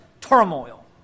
turmoil